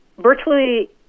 virtually